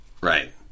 Right